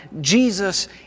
Jesus